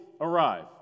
arrive